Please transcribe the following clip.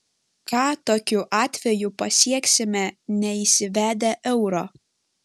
ką tokiu atveju pasieksime neįsivedę euro